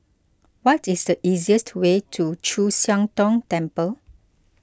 what is the easiest way to Chu Siang Tong Temple